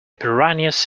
piranhas